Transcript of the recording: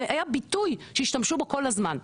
זה היה ביטוי שהשתמשו בכל הזמן.